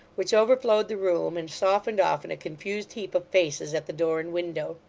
which overflowed the room and softened off in a confused heap of faces at the door and window.